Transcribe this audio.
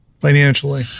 financially